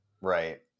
Right